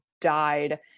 died